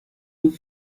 nur